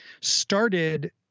started